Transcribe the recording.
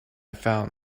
found